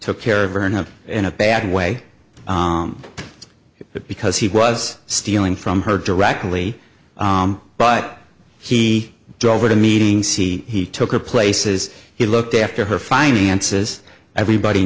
took care of her not in a bad way but because he was stealing from her directly but he drove her to meeting c he took her places he looked after her finances everybody